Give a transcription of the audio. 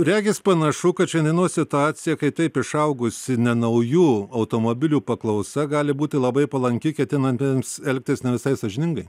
regis panašu kad šiandienos situacija kai taip išaugusi nenaujų automobilių paklausa gali būti labai palanki ketinantiems elgtis ne visai sąžiningai